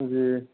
जी